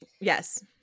Yes